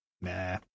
nah